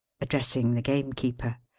addressing the gamekeeper.